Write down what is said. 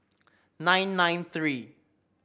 nine nine three